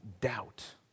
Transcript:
doubt